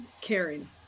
caring